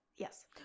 yes